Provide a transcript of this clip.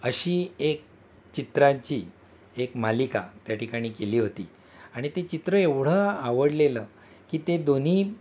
अशी एक चित्रांची एक मालिका त्या ठिकाणी केली होती आणि ते चित्र एवढं आवडलेलं की ते दोन्ही